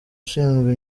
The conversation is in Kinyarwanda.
ushinzwe